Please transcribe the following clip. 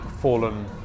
fallen